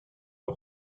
les